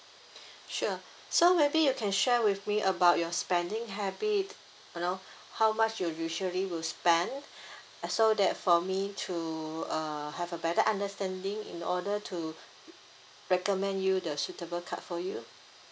sure so maybe you can share with me about your spending habit you know how much you usually will spend so that for me to uh have a better understanding in order to recommend you the suitable card for you